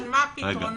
לא הבנתי מה הפתרונות?